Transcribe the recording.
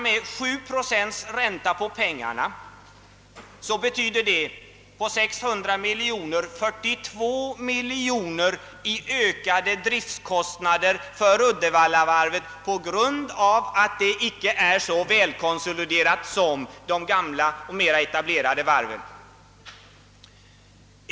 Med 7 procent ränta på pengarna betyder detta 42 miljoner kronor högre »driftkostnader» per år för Uddevallavarvet på grund av att det icke är så välkonsoliderat som det gamla och mera etablerade varvet.